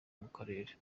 mukarere